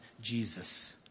Jesus